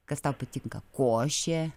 kas tau patinka košė